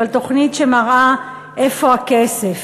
אבל תוכנית שמראה איפה הכסף,